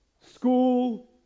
School